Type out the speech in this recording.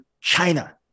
China